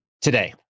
today